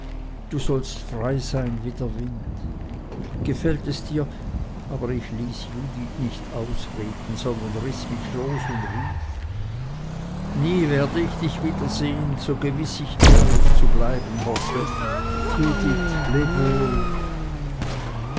du sollst frei sein wie der wind gefällt es dir aber ich ließ judith nicht ausreden sondern riß mich los und rief nie werd ich dich wiedersehen so gewiß ich ehrlich zu bleiben hoffe judith leb wohl